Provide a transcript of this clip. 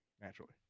Naturally